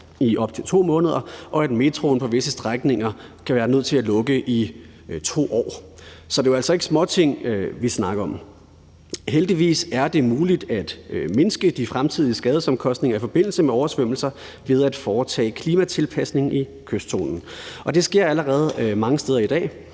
i op til 2 måneder, og at metroen på visse strækninger kan være nødt til at lukke i 2 år. Så det er altså ikke småting, vi snakker om. Heldigvis er det muligt at mindske de fremtidige skadesomkostninger i forbindelse med oversvømmelser ved at foretage klimatilpasning i kystzonen, og det sker allerede mange steder i dag